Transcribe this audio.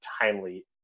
timely